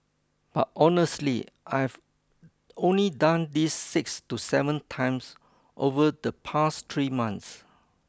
but honestly I've only done this six to seven times over the past three months